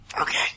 Okay